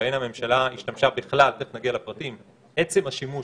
שבהן הממשלה השתמשה בכלל תכף נגיע לפרטים עצם השימוש,